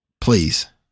Please